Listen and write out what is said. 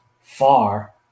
far